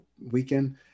weekend